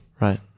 Right